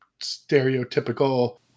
stereotypical